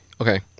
Okay